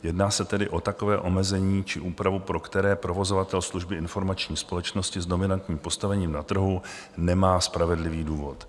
Jedná se tedy o takové omezení či úpravu, pro které provozovatel služby informační společnosti s dominantním postavením na trhu nemá spravedlivý důvod.